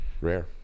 rare